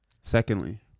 Secondly